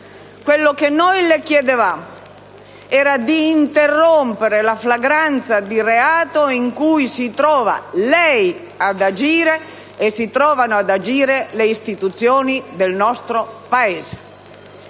Quello che noi le chiedevamo era di interrompere la flagranza di reato in cui si trova ad agire lei e si trovano ad agire le istituzioni del nostro Paese.